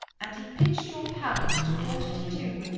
and he pinched your pound at a quarter to two.